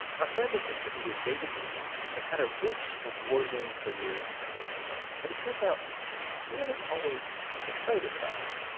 ah friend and contributor david leite has had a rich award-winning career in culinary writing, but it turns out he wasn't always excited about food.